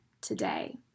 today